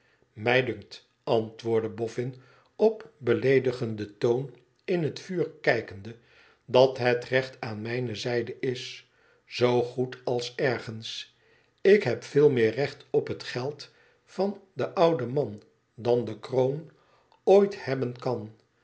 imij dunkt antwoordde boffin op beleedigden toon in het vuur kijkende dat het recht aan mijne zijde is zoogoed als ergens ik heb ved meer recht op het geld van den ouden man dan de kroon ooit hebben kan